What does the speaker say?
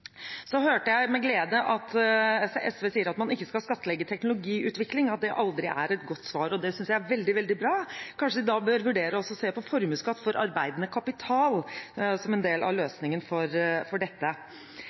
Så hørte jeg med glede at SV sier at man ikke skal skattlegge teknologiutvikling, at det aldri er et godt svar, og det synes jeg er veldig, veldig bra. Kanskje de da bør vurdere også å se på formuesskatt for arbeidende kapital som en del av løsningen for dette.